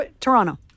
Toronto